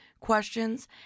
questions